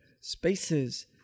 spaces